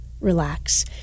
relax